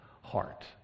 heart